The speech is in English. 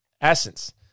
Essence